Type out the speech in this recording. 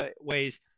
ways